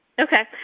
Okay